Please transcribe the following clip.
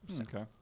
Okay